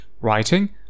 writing